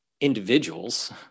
individuals